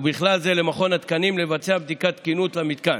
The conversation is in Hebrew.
ובכלל זה למכון התקנים, לבצע בדיקת תקינות למתקן,